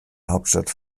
hauptstadt